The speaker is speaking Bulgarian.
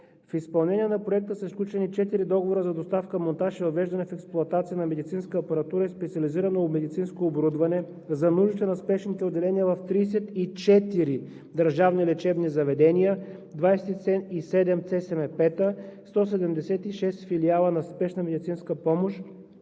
в изпълнение на Проекта са сключени четири договора за доставка, монтаж и въвеждане в експлоатация на медицинска апаратура и специализирано медицинско оборудване за нуждите на спешните отделения в 34 държавни лечебни заведения, 27 центъра за Спешна медицинска помощ,